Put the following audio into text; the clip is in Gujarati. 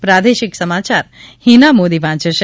પ્રાદેશિક સમાચાર હીના મોદી વાંચે છે